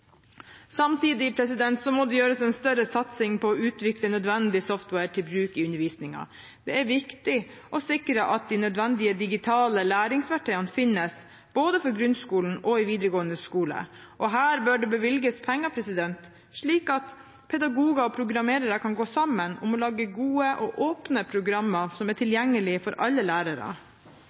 må det gjøres en større satsing på å utvikle nødvendig software til bruk i undervisningen. Det er viktig å sikre at de nødvendige digitale læringsverktøyene finnes, både for grunnskolen og i videregående skole, og her bør det bevilges penger, slik at pedagoger og programmerere kan gå sammen om å lage gode og åpne programmer som er tilgjengelige for alle lærere.